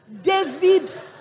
David